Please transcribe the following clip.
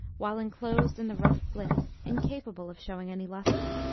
while enclosed in the rough flint, incapable of shewing any lustre.